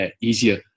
easier